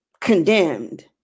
condemned